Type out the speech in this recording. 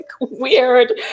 weird